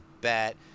bet